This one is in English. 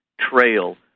trail